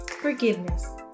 Forgiveness